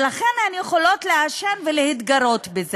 ולכן הן יכולות לעשן, זו התגרות.